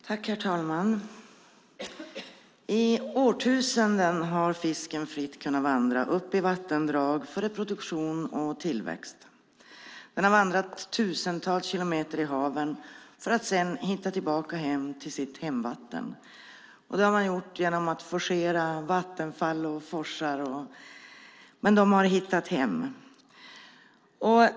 Herr talman! I årtusenden har fisken fritt kunnat vandra upp i vattendrag för reproduktion och tillväxt. Den har vandrat tusentals kilometer i haven för att sedan hitta tillbaka till sitt hemvatten. Det har den gjort genom att forcera vattenfall och forsar, men den har hittat hem.